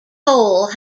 toll